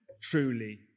Truly